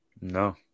No